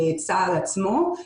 צה"ל עצמו,